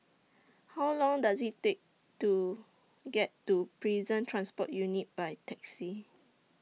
How Long Does IT Take to get to Prison Transport Unit By Taxi